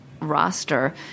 roster